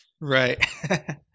Right